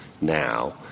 now